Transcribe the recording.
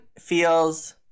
feels